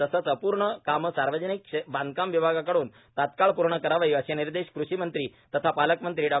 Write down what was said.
तसंच अपूर्ण कामं सार्वजनिक बांधकाम विभागाकडून तत्काळ पूर्ण करावीए असे निर्देश कृषी मंत्री तथा पालकमंत्री डॉ